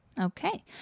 Okay